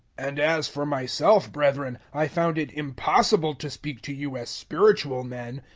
and as for myself, brethren, i found it impossible to speak to you as spiritual men.